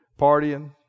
partying